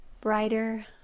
brighter